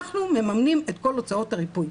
אנחנו מממנים את כל הוצאות הריפוי.